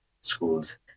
schools